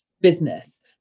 business